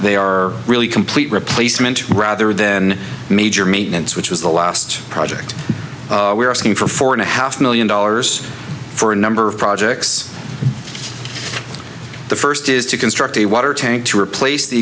they are really complete replacement rather than major maintenance which was the last project we are asking for four and a half million dollars for a number of projects the first is to construct a water tank to replace the